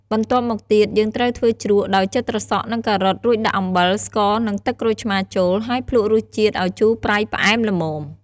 បន្ទាប់មកទៀត យើងត្រូវធ្វើជ្រក់ ដោយចិតត្រសក់នឹងការ៉ុត រួចដាក់អំបិល ស្ករ នឹងទឹកក្រូចឆ្មារចូល ហើយភ្លក្សរសជាតិឱ្យជូរប្រៃផ្អែមល្មម។